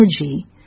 energy